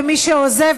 ומי שעוזב,